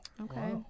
okay